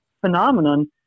phenomenon